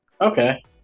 Okay